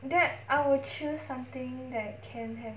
like that I will choose something that can have